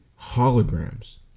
holograms